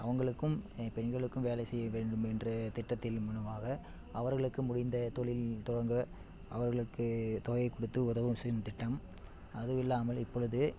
அவர்களுக்கும் பெண்களுக்கும் வேலை செய்ய வேண்டும் என்ற திட்டத்தில் மூலமாக அவர்களுக்கும் முடிந்த தொழில் தொடங்க அவர்களுக்கு தொகை கொடுத்து உதவும் செய்யும் திட்டம் அதுவும் இல்லாமல் இப்பொழுது